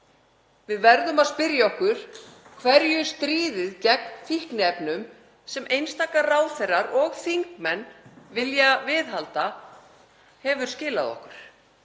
Við verðum að spyrja okkur hverju stríðið gegn fíkniefnum, sem einstaka ráðherrar og þingmenn vilja viðhalda, hafi skilað okkur.